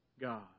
God